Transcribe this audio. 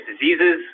diseases